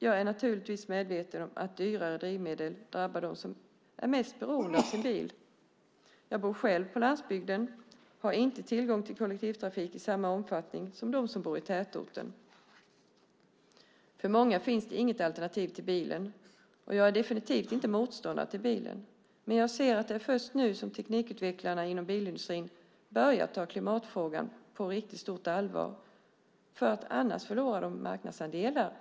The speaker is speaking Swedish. Jag är medveten om att dyrare drivmedel drabbar dem som är mest beroende av sin bil. Jag bor själv på landsbygden och har inte tillgång till kollektivtrafik i samma omfattning som de som bor i tätorten. För många finns det inget alternativ till bilen. Jag är definitivt inte motståndare till bilen. Men jag ser att det är först nu som teknikutvecklarna inom bilindustrin börjar ta klimatfrågan på riktigt stort allvar eftersom de annars förlorar marknadsandelar.